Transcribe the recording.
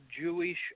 Jewish